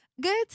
good